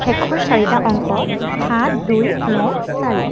শেষৰ চাৰিটা অংক সাত দুই ন চাৰি